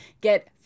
get